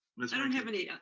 i don't have any,